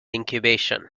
incubation